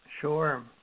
sure